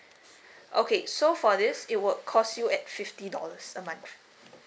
okay so for this it will cost you at fifty dollars a month